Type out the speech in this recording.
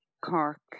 cork